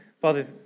Father